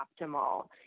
optimal